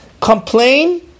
Complain